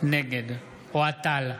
נגד אוהד טל,